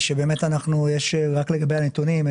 רק לגבי הנתונים,